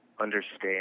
understand